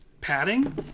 Padding